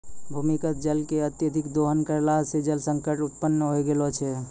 भूमीगत जल के अत्यधिक दोहन करला सें जल संकट उत्पन्न होय गेलो छै